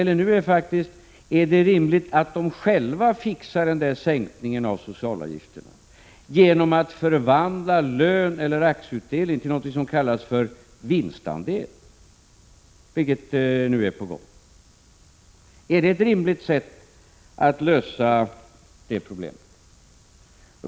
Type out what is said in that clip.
Men nu är frågan: Är det rimligt att de själva ordnar den där sänkningen av socialavgifterna genom att förvandla lön eller aktieutdelning till någonting som kallas vinstandel, vilket nu är på gång? Är detta ett rimligt sätt att lösa problemet?